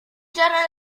giorno